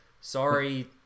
Sorry